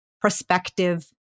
prospective